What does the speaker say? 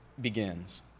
begins